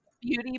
beauty